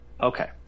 Okay